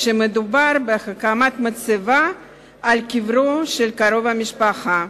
כשמדובר בהקמת מצבה על קברו של קרוב משפחה,